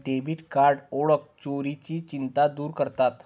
debit card ओळख चोरीची चिंता दूर करतात